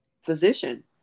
physician